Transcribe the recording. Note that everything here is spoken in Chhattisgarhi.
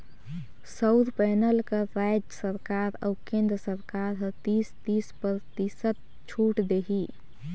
सउर पैनल बर रायज सरकार अउ केन्द्र सरकार हर तीस, तीस परतिसत छूत देही